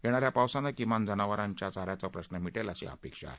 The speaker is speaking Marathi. येणाऱ्या पावसाने किमान जनावरांच्या चाऱ्याचा प्रश्न मिटेल अशी अपेक्षा आहे